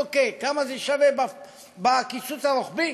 אוקיי, כמה זה שווה בקיצוץ הרוחבי?